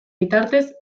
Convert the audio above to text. bitartez